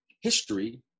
history